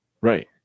right